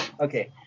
okay